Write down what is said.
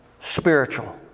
spiritual